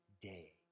day